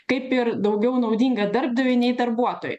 kaip ir daugiau naudinga darbdaviui nei darbuotojui